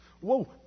Whoa